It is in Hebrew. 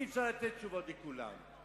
אי-אפשר לתת תשובות לכולם.